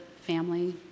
family